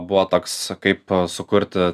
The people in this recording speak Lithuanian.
buvo toks kaip sukurti